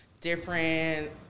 different